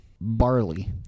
barley